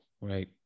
Right